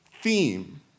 theme